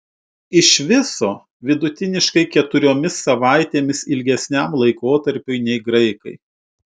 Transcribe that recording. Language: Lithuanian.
iš viso vidutiniškai keturiomis savaitėmis ilgesniam laikotarpiui nei graikai